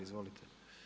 Izvolite.